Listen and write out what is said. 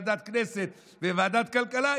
ועדת הכנסת וועדת הכלכלה,